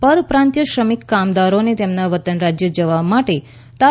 પરપ્રાંતિય શ્રમિકો કામદારોને તેમના વતન રાજ્ય જવા માટે તા